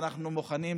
ואנחנו מוכנים לפתרונות,